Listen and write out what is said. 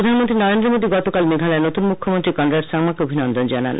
প্রধানমন্ত্রী নরেন্দ্র মোদিও গতকাল মেঘালয়ের নতুন মুখ্যমন্ত্রী কনরাড সাংমাকে অভিনন্দন জানান